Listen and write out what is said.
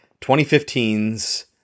2015's